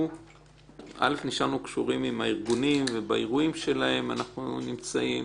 נשארנו קשורים עם הארגונים ובאירועים שלהם אנחנו נמצאים,